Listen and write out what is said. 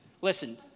Listen